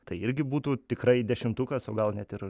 tai irgi būtų tikrai dešimtukas o gal net ir